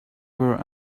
were